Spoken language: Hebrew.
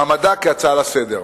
מעמדה כהצעה לסדר-היום.